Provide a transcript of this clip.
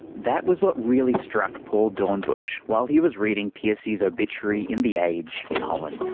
that was what really struck paul doornbusch while he was reading pearcey's obituary in the age in holland. and